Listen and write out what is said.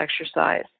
exercise